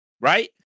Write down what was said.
Right